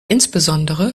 insbesondere